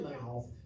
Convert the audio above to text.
mouth